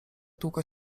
długo